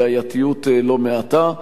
בעייתיות לא מעטה.